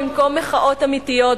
במקום מחאות אמיתיות,